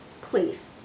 Please